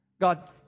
God